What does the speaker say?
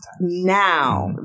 now